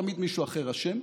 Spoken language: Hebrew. תמיד מישהו אחר אשם,